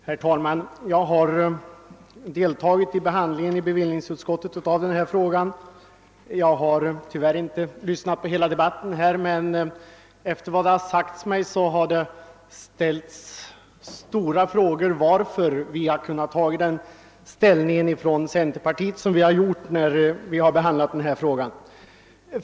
Herr talman! Jag har deltagit i bevillningsutskottets behandling av denna fråga. Tyvärr har jag inte varit i tillfälle att lyssna på hela debatten, men efter vad som har sagts mig har det ställts frågor om varför centerpartiet intagit den ställning det gjort.